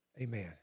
Amen